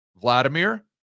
Vladimir